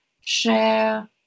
share